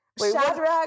Shadrach